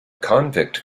convict